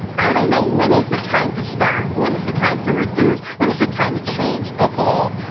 i don't know, when is the time to stop? when is the time to reduce? when is the time to change, evolve?